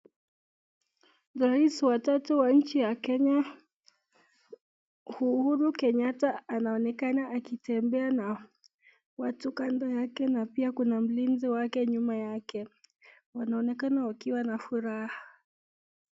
Rais wa tatu wa nchi ya Kenya, Uhuru Kenyatta, anaonekana akitembea na watu kando yake na pia kuna mlinzi wake nyuma yake. Wanaonekana wakiwa na furaha.